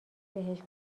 بهش